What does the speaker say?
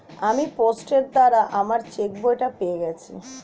আমি পোস্টের দ্বারা আমার চেকবইটা পেয়ে গেছি